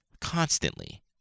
constantly